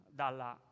dalla